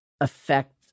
affect